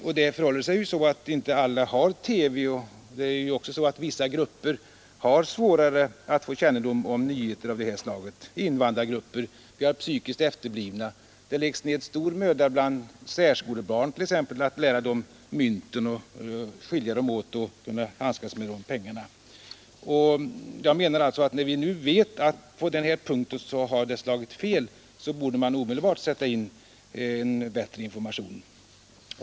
Alla har ju inte TV, och dessutom har vissa grupper större svårigheter att få kännedom om nyheter av detta slag, t.ex. invandrargrupper och psykiskt efterblivna. Det läggs t.ex. ned stor möda på att lära särskolebarn att skilja mellan och handskas med våra mynt. När vi nu vet att det har slagit fel på denna punkt borde det omedelbart sättas in en bättre information.